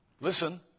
listen